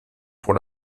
pour